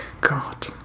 God